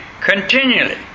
continually